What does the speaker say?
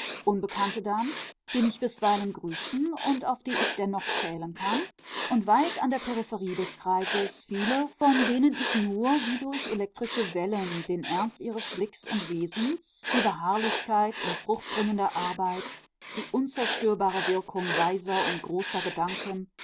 unbekannte dann die mich bisweilen grüßen und auf die ich dennoch zählen kann und weit an der peripherie des kreises viele von denen ich nur wie durch elektrische wellen den ernst ihres blicks und wesens die beharrlichkeit in fruchtbringender arbeit die unzerstörbare wirkung weiser und großer gedanken